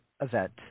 event